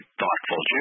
thoughtful